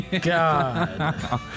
God